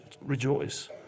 rejoice